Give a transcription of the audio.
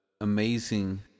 amazing